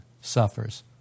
suffers